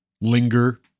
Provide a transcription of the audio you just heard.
linger